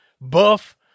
buff